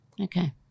Okay